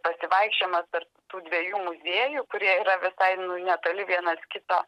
pasivaikščiojimas tarp tų dviejų muziejų kurie yra visai netoli vienas kito